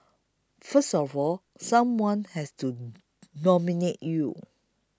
first of all someone has to nominate you